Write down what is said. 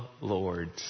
Lords